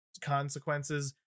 consequences